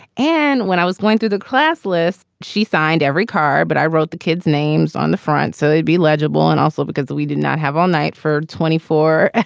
and when i was going through the class list, she signed every car but i wrote the kids names on the front so they'd be legible. and also because we did not have all night for twenty four